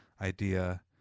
idea